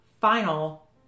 final